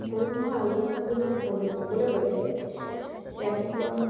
গৰু ম'হৰ আলপৈচান বুলি কৰি ক'বলৈ গ'লে ৰাতিপুৱা